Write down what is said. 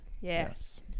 Yes